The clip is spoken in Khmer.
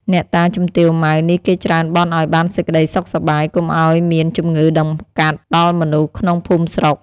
អ្នកតាជំទាវ ម៉ៅ នេះគេច្រើនបន់ឲ្យបានសេចក្ដីសុខសប្បាយ កុំឲ្យមានជំងឺតម្កាត់ ដល់មនុស្សក្នុងភូមិស្រុក ។